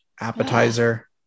appetizer